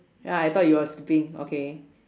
ya I thought you were sleeping okay